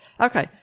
Okay